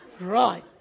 Right